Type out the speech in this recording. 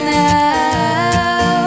now